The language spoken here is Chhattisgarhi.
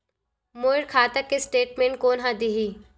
मोर खाता के स्टेटमेंट कोन ह देही?